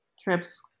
trips